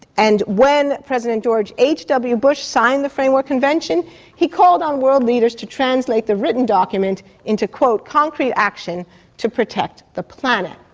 and when president george h. w. bush signed the framework convention he called on world leaders to translate the written document into concrete action to protect the planet.